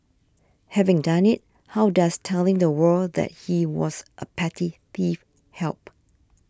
having done it how does telling the world that he was a petty thief help